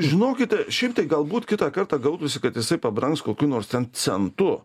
žinokite šiaip tai galbūt kitą kartą gautųsi kad jisai pabrangs kokiu nors ten centu